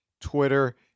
Twitter